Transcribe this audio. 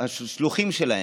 השלוחים שלהם,